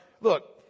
look